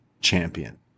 champion